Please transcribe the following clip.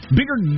Bigger